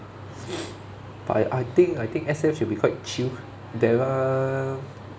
but I I think I think S_F should be quite chill then uh